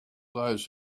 those